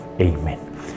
Amen